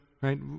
Right